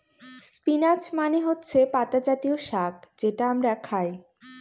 spinach মানে হচ্ছে পাতা জাতীয় শাক যেটা আমরা খায়